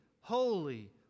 holy